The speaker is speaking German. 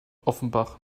offenbach